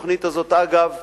אגב,